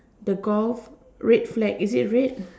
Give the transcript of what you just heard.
the golf red flag is it red